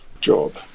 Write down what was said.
job